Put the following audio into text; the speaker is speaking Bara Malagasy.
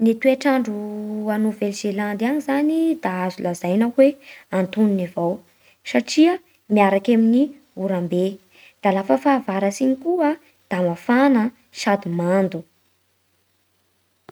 Ny toetr'andro a Nouvelle-Zélande any zany da azo lazaina fa hoe antonony avao satria miaraky e amin'ny oram-be. Da lafa fahavaratsy iny koa da mafana sady mando.